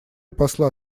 посла